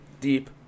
deep